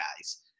guys